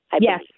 yes